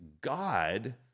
God